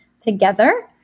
together